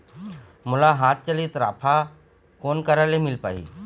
मोला हाथ चलित राफा कोन करा ले मिल पाही?